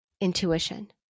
intuition